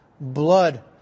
blood